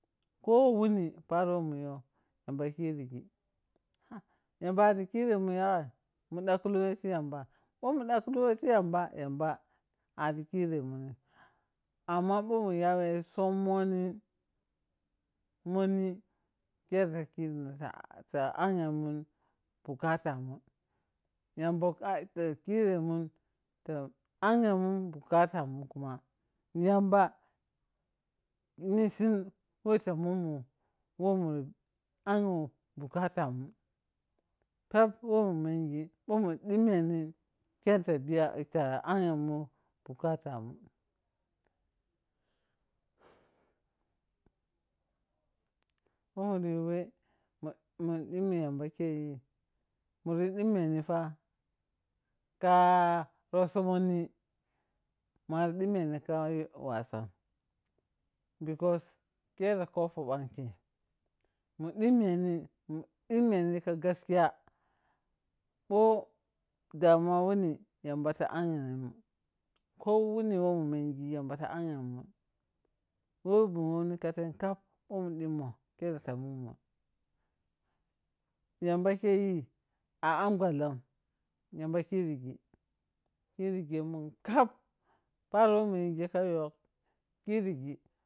Ko wuni paro wo mu you yambo kiriji yamba ari kiremun yassai mun daklo wei fe yamba bho mun dakklowe ti yamba ari kere monim amma bho mu ya weni tya somonin moni khere ta krina ta anghemun bukatamun yamba ta kere mun toh anghe mun bakatamun kuma, yamba ni sin wota munmun wo muri anyhon bukafamun peb wo mu meni bho mu ɗemeni khere ta anghemun bukatamun bho mun yi we ma dimi yamba keyi muri demeni fa ka rotso monni, mwari ɗemeni ka wasani because khere kopo ɓang ke. mu ɗimen mu ɗimen ka gaskiya, ko damuwa wuni, yamba fa anghemun ko wani wo mun menji ta anghemun we wo mun womni ka fem kap bho mun ɗimmou khere fa munmun yamba ke a an bhallam, khere kiriji khere kiriji, unintelligible paro wo mu you ka yok kiri ji.